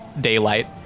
daylight